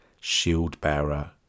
shield-bearer